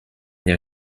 der